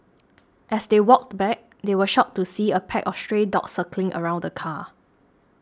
as they walked back they were shocked to see a pack of stray dogs circling around the car